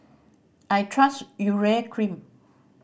I trust Urea Cream